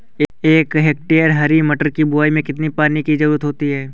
एक हेक्टेयर हरी मटर की बुवाई में कितनी पानी की ज़रुरत होती है?